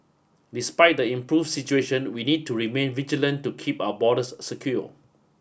despite the improve situation we need to remain vigilant to keep our borders secure